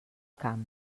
camp